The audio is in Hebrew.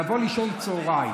לבוא לישון צוהריים.